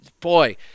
boy